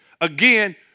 again